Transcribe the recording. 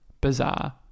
bizarre